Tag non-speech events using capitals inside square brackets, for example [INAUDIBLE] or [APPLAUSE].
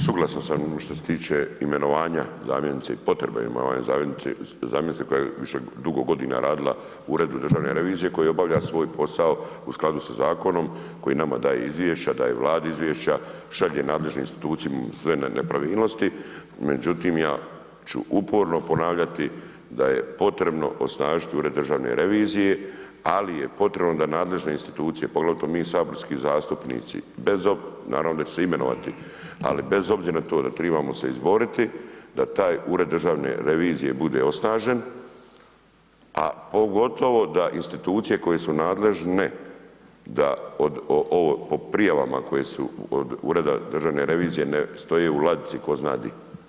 Suglasan sam što se tiče imenovanja zamjenice i potrebe imenovanja zamjenice koja je dugo godina radila u Uredu državne revizije koja obavlja svoj posao u skladu sa zakonom koji nama dalje izvješće, daje Vladi izvješća, šalje nadležne institucije ... [UNINTELLIGIBLE] nepravilnosti, međutim ja ću uporno ponavljati da je potrebno osnažiti Ured državne revizije, ali je potrebno da nadležne institucije poglavito mi saborski zastupnici bez, naravno da će se imenovati, ali bez obzira na to, da trebamo se izboriti da taj Ured državne revizije bude osnažen, a pogotovo da institucije koje su nadležne da od ovo po prijavama koje su od Ureda državne revizije ne stoje u ladici tko zna di.